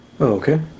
Okay